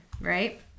right